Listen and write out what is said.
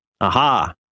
Aha